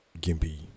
Gimpy